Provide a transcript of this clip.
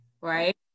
right